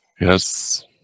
Yes